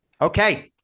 Okay